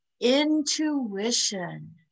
intuition